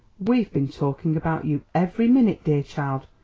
we've been talking about you every minute, dear child.